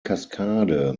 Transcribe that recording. kaskade